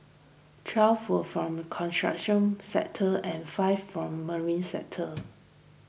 twelve were from construction sector and five from marine sector